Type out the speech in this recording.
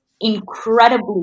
incredibly